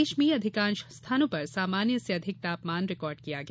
प्रदेश में अधिकांश स्थानों पर सामान्य से अधिक तापमान रिकार्ड किया गया